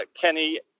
Kenny